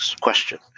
question